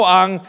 ang